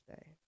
Day